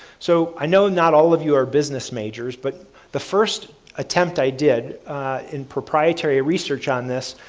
so, i know not all of you are business majors. but the first attempt i did in proprietary research on this,